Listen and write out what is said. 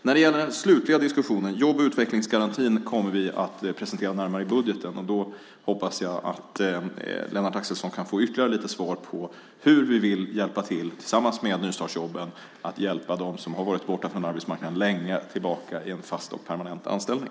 När det gäller den slutliga diskussionen: Jobb och utvecklingsgarantin kommer vi att presentera närmare i budgeten. Då hoppas jag att Lennart Axelsson kan få ytterligare svar på hur vi med nystartsjobben vill hjälpa dem som har varit borta från arbetsmarknaden länge tillbaka i en fast och permanent anställning.